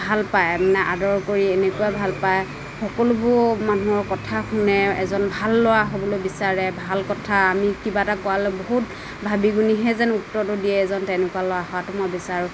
ভাল পায় মানে আদৰ কৰি এনেকুৱা ভাল পায় সকলোবোৰ মানুহৰ কথা শুনে এজন ভাল ল'ৰা হ'বলৈ বিচাৰে ভাল কথা আমি কিবা এটা কোৱাৰ লগে লগে বহুত ভাবি গুণিহে যেন উত্তৰটো দিয়ে এজন তেনেকুৱা ল'ৰা হোৱাতো মই বিচাৰোঁ